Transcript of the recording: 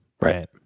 Right